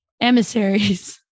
Emissaries